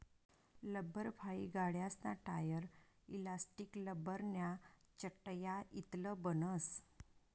लब्बरफाइ गाड्यासना tyre, elastic, लब्बरन्या चटया इतलं बनस